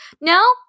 no